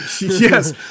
Yes